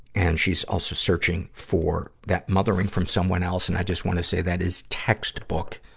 and she's also searching for that mothering from someone else. and i just wanna say that is textbook,